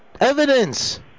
Evidence